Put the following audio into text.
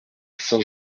saint